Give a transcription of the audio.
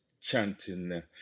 chanting